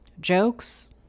jokes